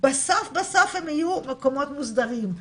בסוף בסוף הם יהיו מקומות מוסדרים.